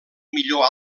millor